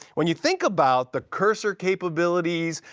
when you think about the cursor capabilities,